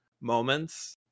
moments